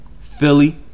Philly